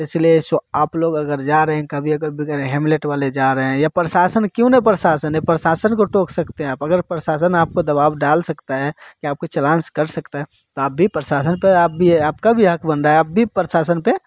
तो इसलिए ऐसो आप लोग अगर जा रहे हैं कभी अगर बगैर हेलमेट वाले जा रहे हैं या प्रशासन क्यों न प्रशासन प्रशासन को टोक सकते हैं आप अगर प्रशासन आपको दबाव डाल सकता है कि आपका चालान कट सकता है तो आप भी प्रशासन पर आप भी आपका भी हक बन रहा है आप भी प्रशासन पे